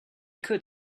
could